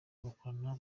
bakorana